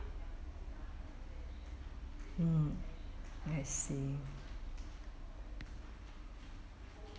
mm I see